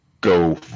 go